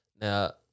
Now